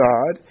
God